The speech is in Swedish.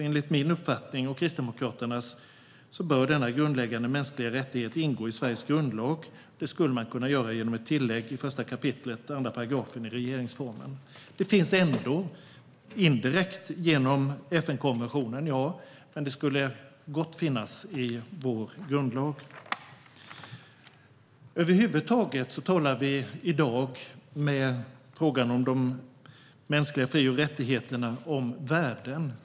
Enligt min och Kristdemokraternas uppfattning bör denna grundläggande mänskliga rättighet ingå i Sveriges grundlag. Man skulle kunna göra ett tillägg i 1 kap. 2 § regeringsformen. Det finns ändå indirekt genom FN-konventionen, ja, men det skulle gott kunna finnas i vår grundlag. Över huvud taget talar vi i dag i frågan om de mänskliga fri och rättigheterna om värden.